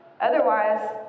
Otherwise